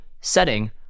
setting